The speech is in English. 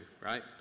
right